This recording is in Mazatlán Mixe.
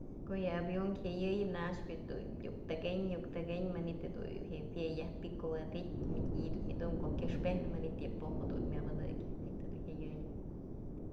Ko'o yë avion jëyëy naxpë yëdun iuk tekeñ, iuk tekeñ manytë dun yë jue yaj pikuwëdytë mëdyë dun myëdum ko'o kyëxpejnë manytë yë po'oj dun myabëdëk, manytë jedun jyayënyë.